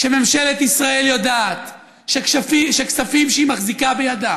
כשממשלת ישראל יודעת שכספים שהיא מחזיקה בידה